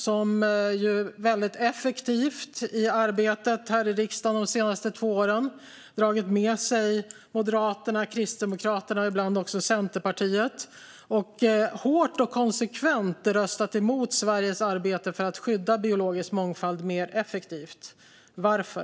De har ju väldigt effektivt i arbetet här i riksdagen de senaste två åren dragit med sig Moderaterna, Kristdemokraterna och ibland också Centerpartiet och hårt och konsekvent röstat emot Sveriges arbete för att skydda biologisk mångfald mer effektivt. Varför?